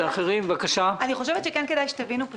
--- מעניין שאת אומרת לחברי הכנסת להבין פשוט .